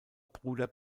bruder